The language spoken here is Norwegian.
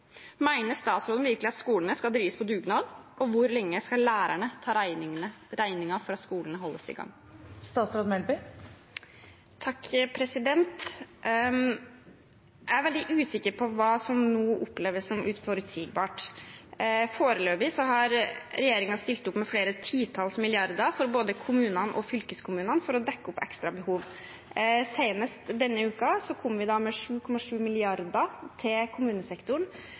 statsråden virkelig at skolene skal drives på dugnad? Og hvor lenge skal lærerne ta regningen for at skolene holdes i gang? Jeg er veldig usikker på hva som nå oppleves som uforutsigbart. Foreløpig har regjeringen stilt opp med flere titalls milliarder for både kommunene og fylkeskommunene for å dekke opp ekstra behov. Senest denne uken kom vi med 7,7 mrd. kr til kommunesektoren,